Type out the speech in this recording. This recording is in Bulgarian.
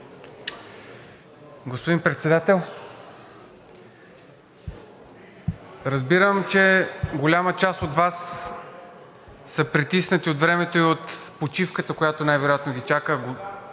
Господин Председател! Разбирам, че голяма част от Вас са притиснати от времето и от почивката, която най-вероятно ги чака.